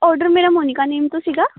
order ਮੇਰਾ Monica name ਤੋਂ ਸੀਗਾ